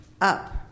Up